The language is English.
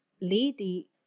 lady